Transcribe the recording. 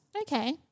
Okay